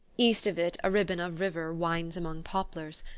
east of it, a ribbon of river winds among poplars,